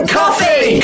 coffee